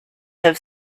have